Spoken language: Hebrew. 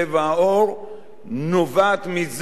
נובע מזה, לצערנו הרב,